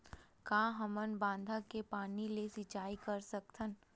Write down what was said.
का हमन बांधा के पानी ले सिंचाई कर सकथन?